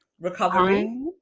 recovery